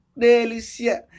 delicia